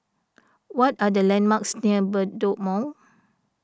what are the landmarks near Bedok Mall